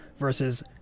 Versus